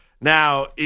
Now